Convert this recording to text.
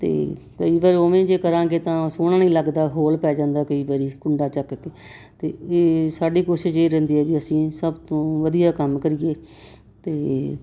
ਅਤੇ ਕਈ ਵਾਰ ਉਵੇਂ ਜੇ ਕਰਾਂਗੇ ਤਾਂ ਸੋਹਣਾ ਨਹੀਂ ਲੱਗਦਾ ਹੋਲ ਪੈ ਜਾਂਦਾ ਕਈ ਵਾਰੀ ਕੁੰਡਾ ਚੱਕ ਕੇ ਅਤੇ ਇਹ ਸਾਡੀ ਕੋਸ਼ਿਸ਼ ਇਹ ਰਹਿੰਦੀ ਹੈ ਵੀ ਅਸੀਂ ਸਭ ਤੋਂ ਵਧੀਆ ਕੰਮ ਕਰੀਏ ਅਤੇ